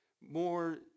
more